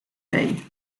day